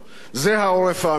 זה העורף האמיתי,